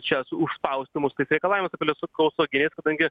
čias užspausti mus kaip reikalavimai kad lesukausu gėjus kadangi